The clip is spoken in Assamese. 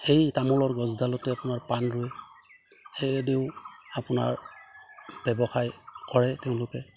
সেই তামোলৰ গছডালতে আপোনাৰ পাণ ৰু সেই দিও আপোনাৰ ব্যৱসায় কৰে তেওঁলোকে